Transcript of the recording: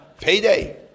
payday